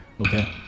Okay